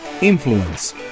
influence